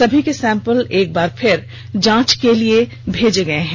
सभी के सैम्पल एक बार फिर जाँच के लिए भेजे गए हैं